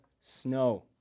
snow